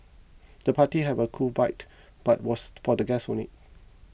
the party have a cool vibe but was for the guests only